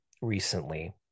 recently